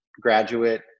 graduate